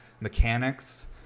Mechanics